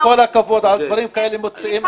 עם כל הכבוד, על דברים כאלה מוציאים אורחים.